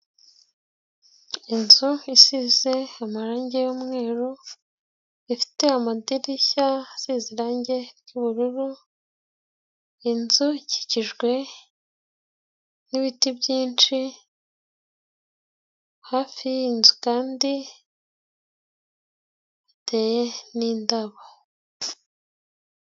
Inzu isize amarangi y'umweru, ifite amadirishya asize irangi ry'ubururu, inzu ikikijwe n'ibiti byinshi, hafi y'inzu kandi hateye n'indabo.